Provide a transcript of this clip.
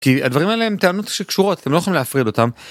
כי הדברים האלה הן טענות שקשורות, אתם לא יכולים להפריד אותם.